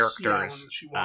characters